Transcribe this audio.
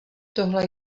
tohle